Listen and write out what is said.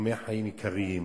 בתחומי חיים עיקריים,